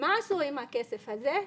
מה עשו עם הכסף הזה?